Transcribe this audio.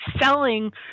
selling